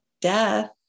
death